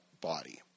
body